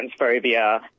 transphobia